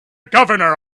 governor